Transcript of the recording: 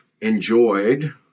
enjoyed